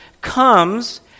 comes